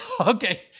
Okay